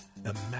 imagine